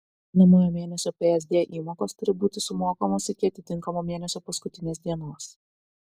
einamojo mėnesio psd įmokos turi būti sumokamos iki atitinkamo mėnesio paskutinės dienos